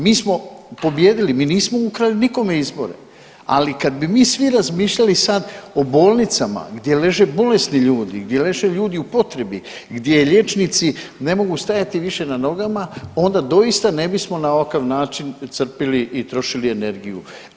Mi smo pobijedili, mi nismo ukrali nikome izbore, ali kad bi mi svi razmišljali sad o bolnicama gdje leže bolesni ljudi, gdje leže ljudi u potrebi, gdje liječnici ne mogu stajati više na nogama onda doista ne bismo na ovakav način crpili i trošili energiju.